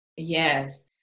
Yes